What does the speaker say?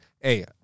hey